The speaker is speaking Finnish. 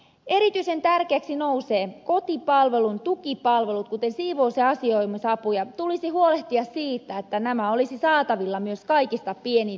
erityisen tärkeäksi nousevat kotipalvelun tukipalvelut kuten siivous ja asioimisapu ja tulisi huolehtia siitä että nämä olisivat saatavilla myös kaikista pienituloisimmillekin